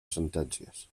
sentències